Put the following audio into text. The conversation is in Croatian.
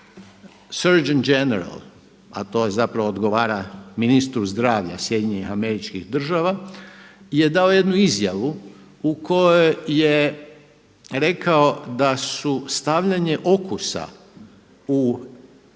Search and general, a to zapravo odgovara ministru zdravlja SAD-a je dao jednu izjavu u kojoj je rekao da su stavljanje okusa u